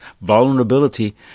vulnerability